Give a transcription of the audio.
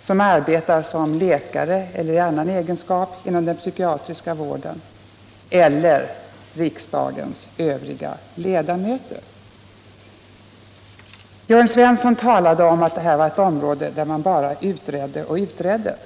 som arbetar som läkare eller i annan egenskap inom den psykiska vården, eller genom att försöka misstänkliggöra riksdagens ledamöter. Jörn Svensson talade om att detta var ett område där man bara utreder och utreder.